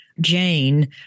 jane